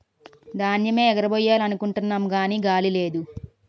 ధాన్యేమ్ ఎగరబొయ్యాలనుకుంటున్నాము గాని గాలి లేదు